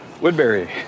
Woodbury